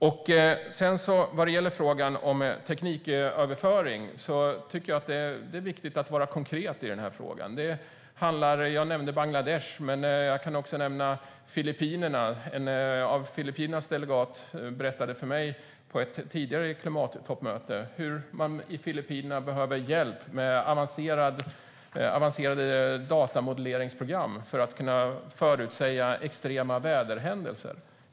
Även vad gäller frågan om tekniköverföring tycker jag att det är viktigt att vara konkret. Jag nämnde Bangladesh, men jag kan också nämna Filippinerna. På ett tidigare klimattoppmöte berättade en av Filippinernas delegater för mig hur man behöver hjälp med avancerade datamoduleringsprogram för att kunna förutsäga extrema väderhändelser.